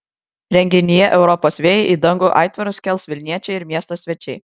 renginyje europos vėjai į dangų aitvarus kels vilniečiai ir miesto svečiai